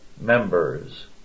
members